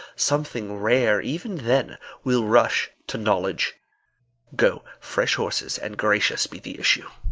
something rare even then will rush to knowledge go fresh horses and gracious be the issue!